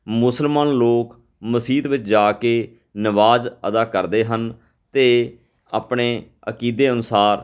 ਮੁਸਲਮਾਨ ਲੋਕ ਮਸੀਤ ਵਿੱਚ ਜਾ ਕੇ ਨਮਾਜ਼ ਅਦਾ ਕਰਦੇ ਹਨ ਅਤੇ ਆਪਣੇ ਅਕੀਦੇ ਅਨੁਸਾਰ